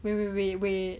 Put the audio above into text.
where wait wait wait